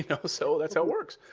you know so that's how it works.